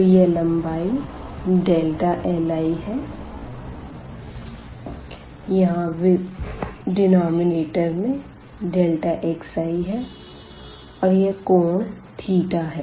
तो यह लम्बाई है li यहाँ डिनोमिनेटर में xi है और यह कोण थीटा है